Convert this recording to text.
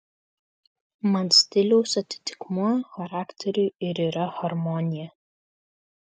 man stiliaus atitikmuo charakteriui ir yra harmonija